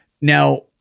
now